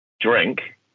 drink